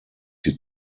die